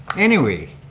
anyway